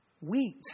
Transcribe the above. wheat